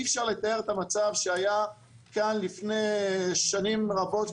אי אפשר לתאר את המצב שהיה כאן לפני שנים רבות,